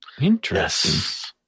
Interesting